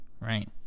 right